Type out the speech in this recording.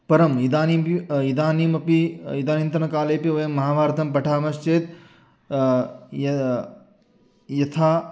परम् इदानीमपि इदानीमपि इदानींतनकालेऽपि वयं महाभारतं पठामश्चेत् यथा